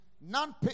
None